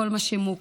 את כל מה שמוכר,